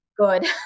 good